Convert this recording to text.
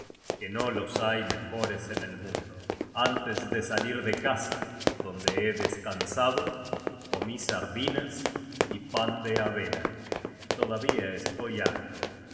que no los hay mejores en el mundo antes de salir de casa donde he descansado comí sardinas y pan de avena y todavía estoy harto